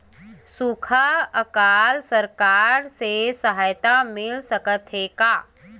सुखा अकाल सरकार से सहायता मिल सकथे का?